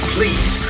Please